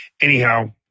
Anyhow